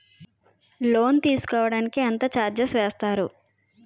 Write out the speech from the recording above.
Loan తీసుకోడానికి ఎంత charges వేస్తారు?